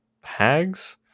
hags